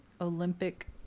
Olympic